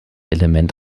element